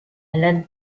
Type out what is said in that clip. alain